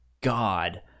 God